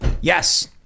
Yes